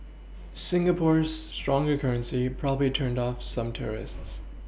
Singapore's stronger currency probably turned off some tourists